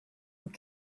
and